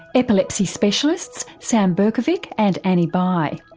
epilepsy specialists sam berkovic and annie bye.